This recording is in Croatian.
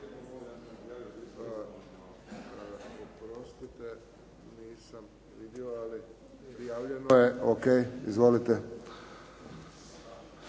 ok. Izvolite.